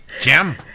Jim